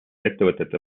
ettevõtete